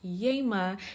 Yema